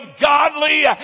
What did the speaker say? godly